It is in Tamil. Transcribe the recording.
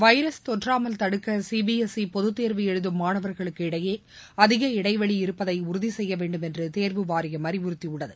வைரஸ் தொற்றாமல் தடுக்க சிபிஎஸ்இ பொதுத்தேர்வு எழுதும் மாணவர்களுக்கு இடையேஅதிக இடைவெளி இருப்பதைஉறுதிசெய்யவேண்டும் என்றுதேர்வு வாரியம் அறிவுறுத்தியுள்ளது